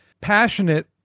passionate